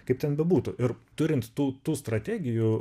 kaip ten bebūtų ir turint tų tų strategijų